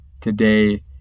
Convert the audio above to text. today